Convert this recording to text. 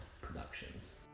Productions